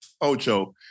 Ocho